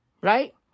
Right